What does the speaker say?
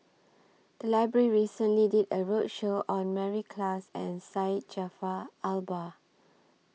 The Library recently did A roadshow on Mary Klass and Syed Jaafar Albar